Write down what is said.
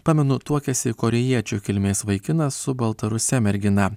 pamenu tuokėsi korėjiečių kilmės vaikinas su baltaruse mergina